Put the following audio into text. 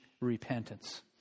repentance